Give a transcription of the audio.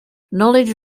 knowledge